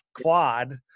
quad